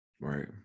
Right